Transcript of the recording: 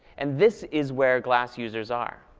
and this is where glass users are.